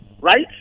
right